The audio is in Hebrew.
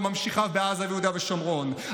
וממשיכיו בעזה וביהודה ושומרון,